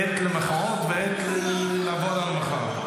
אין כאן מחאות ואין לעבור על מחאה.